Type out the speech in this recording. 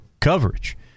coverage